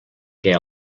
què